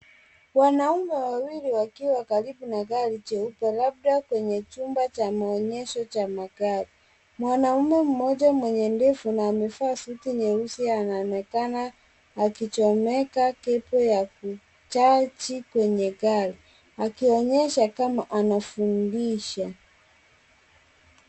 Wanaume wawili wakiwa karibu na gari jeupe labda kwenye chumba cha maonyesho cha magari. Mwanamume mmoja mwenye ndevu na amevaa suti nyeusi anaonekana akichomeka kebo ya kuchaji kwenye gari, akionyesha kama anafundisha.